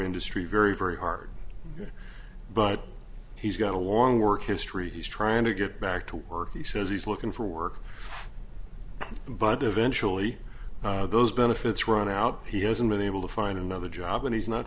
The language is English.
industry very very hard but he's got a long work history he's trying to get back to work he says he's looking for work but eventually those benefits run out he hasn't been able to find another job and he's not